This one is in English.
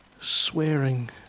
swearing